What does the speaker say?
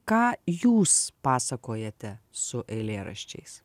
ką jūs pasakojate su eilėraščiais